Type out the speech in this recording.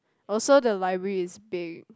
also the library is big